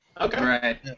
Okay